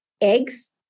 eggs